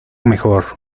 mejor